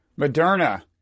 Moderna